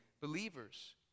believers